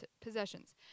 possessions